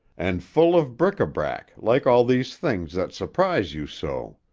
and full of bric-a-brac like all these things that surprise you so.